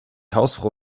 hausfrau